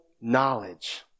knowledge